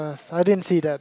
I didn't see that